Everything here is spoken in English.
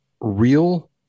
real